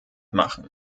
machen